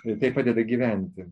tai padeda gyventi